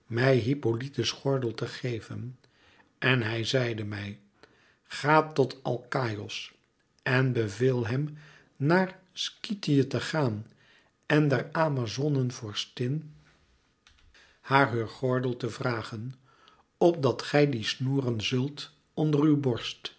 mij hippolyte's gordel te geven en hij zeide mij ga tot alkaïos en beveel hem naar skythië te gaan en der amazonen vorstin haar heur gordel te vragen opdat gij dien snoeren zult onder uw borst